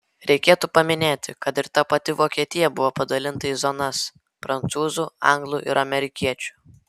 reikėtų paminėti kad ir ta pati vokietija buvo padalinta į zonas prancūzų anglų ir amerikiečių